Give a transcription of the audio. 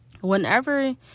Whenever